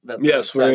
Yes